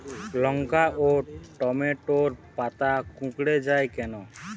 লঙ্কা ও টমেটোর পাতা কুঁকড়ে য়ায় কেন?